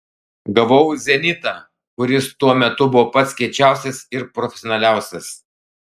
gavau zenitą kuris tuo metu buvo pats kiečiausias ir profesionaliausias